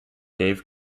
dave